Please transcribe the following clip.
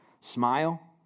Smile